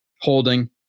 Holding